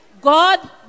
God